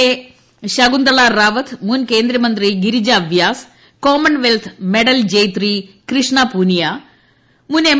A Shakuntala Rawat മുൻക്ട്രേങ് മന്ത്രി Girija Vyas commonwealth medal ജ്രീയികൃഷ്ണാ പൂനിയ മുൻ എം